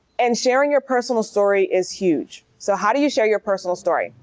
and sharing your personal story is huge. so how do you share your personal story?